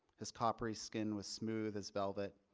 his coppery skin was smooth as velvet.